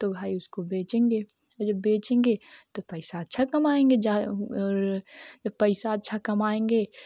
तो भाई उसको बेचेंगे और जब बेचेंगे तब पैसा अच्छा कमाएँगे जाए और जब पैसा अच्छा कमाएँगे